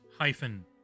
hyphen